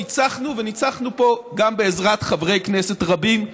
ניצחנו, וניצחנו פה גם בעזרת חברי כנסת רבים,